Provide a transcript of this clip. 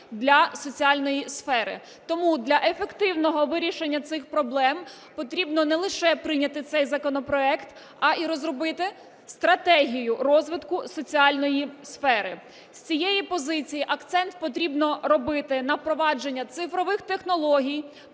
для соціальної сфери. Тому для ефективного вирішення цих проблем потрібно не лише прийняти цей законопроект, а і розробити стратегію розвитку соціальної сфери. З цієї позиції акцент потрібно робити на впровадження цифрових технологій,